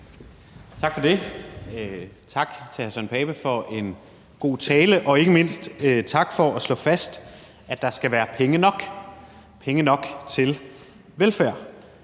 Tak for det, tak til hr. Søren Pape Poulsen for en god tale, og ikke mindst tak for at slå fast, at der skal være penge nok – penge nok til velfærd.